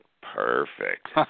perfect